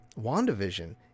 WandaVision